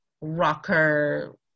rocker